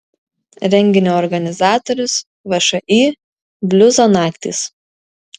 renginio organizatorius všį bliuzo naktys